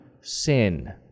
sin